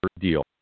deal